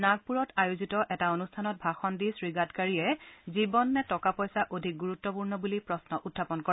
নাগপুৰত আয়োজিত এটা অনুষ্ঠানত ভাষণ দি শ্ৰী গাডকাৰীয়ে জীৱন নে টকা পইচা অধিক গুৰুত্পূৰ্ণ বুলি প্ৰশ্ন উত্থাপন কৰে